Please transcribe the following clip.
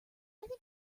think